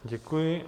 Děkuji.